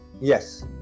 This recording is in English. yes